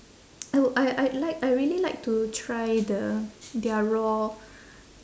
I would I I like I really like to try the their raw